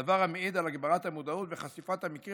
הדבר מעיד על הגברת המודעות לחשיפת המקרים